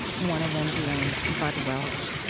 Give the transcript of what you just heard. and one of them being bud welch.